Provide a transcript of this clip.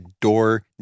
door